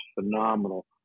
phenomenal